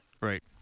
Right